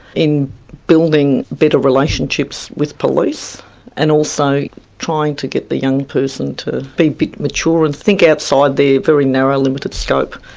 in building better relationships with police and also trying to get the young person to be be mature and think outside their very narrow limited scope,